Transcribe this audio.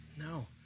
no